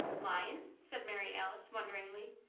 lion? said mary alice, wonderingly.